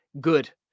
good